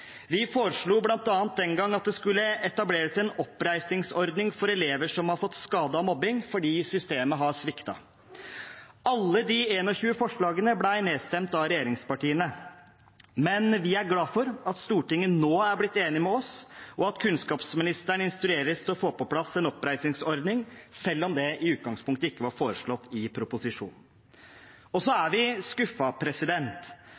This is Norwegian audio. Vi foreslo bl.a. den gang at det skulle etableres en oppreisningsordning for elever som har fått skade av mobbing fordi systemet har sviktet. Alle de 21 forslagene ble nedstemt av regjeringspartiene, men vi er glad for at Stortinget nå er blitt enig med oss, og at kunnskapsministeren instrueres til å få på plass en oppreisningsordning, selv om det i utgangspunktet ikke var foreslått i proposisjonen. Så